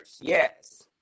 Yes